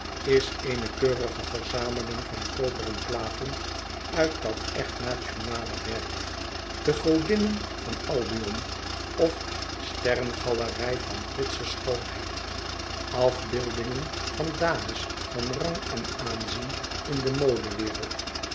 is eene keurige verzameling van koperen platen uit dat echt nationale werk de godinnen van albion of sterrengalerij van britsche schoonheid afbeeldingen van dames van rang en aanzien in de modewereld